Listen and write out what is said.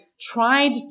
tried